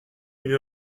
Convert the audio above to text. une